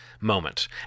moment